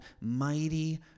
Mighty